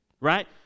right